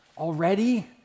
already